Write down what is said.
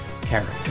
character